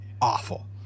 awful